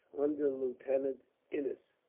under lieutenant innis.